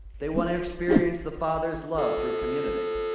they want to experience the father's love through community.